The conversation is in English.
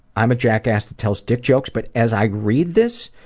i'm a jackass that tells dick jokes. but as i read this,